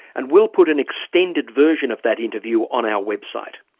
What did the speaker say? and we'll put an extended version of that interview on our website.